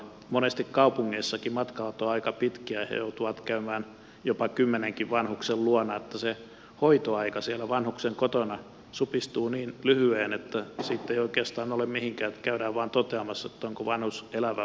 monesti kaupungeissakin matkat ovat aika pitkiä ja he joutuvat käymään jopa kymmenenkin vanhuksen luona niin että se hoitoaika siellä vanhuksen kotona supistuu niin lyhyeen että siitä ei oikeastaan ole mihinkään käydään vain toteamassa onko vanhus elävä vai kuollut